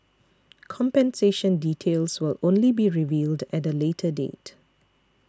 compensation details will only be revealed at a later date